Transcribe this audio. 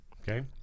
Okay